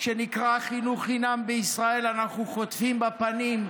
שנקרא חינוך חינם בישראל אנחנו חוטפים בפנים,